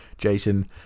Jason